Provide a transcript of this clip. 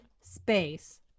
space